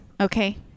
Okay